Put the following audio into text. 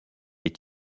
est